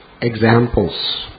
examples